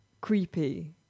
creepy